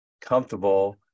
comfortable